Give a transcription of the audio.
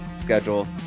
schedule